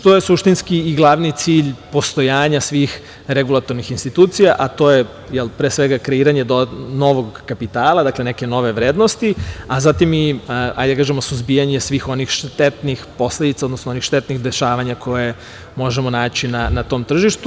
To je suštinski i glavni cilj postojanja svih regulatornih institucija, a to je pre svega kreiranje novog kapitala, dakle, neke nove vrednosti, a zatim suzbijanje svih onih štetnih posledica, odnosno onih štetnih dešavanja koja možemo naći na tom tržištu.